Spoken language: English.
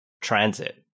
transit